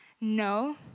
no